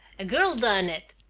a girl done it!